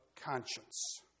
conscience